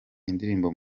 indirimbo